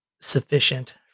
sufficient